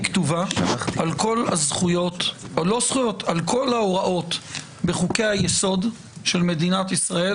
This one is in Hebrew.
כתובה על כל ההוראות בחוק היסוד של מדינת ישראל,